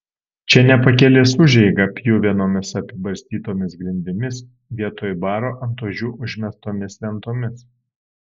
čia ne pakelės užeiga pjuvenomis apibarstytomis grindimis vietoj baro ant ožių užmestomis lentomis